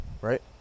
Right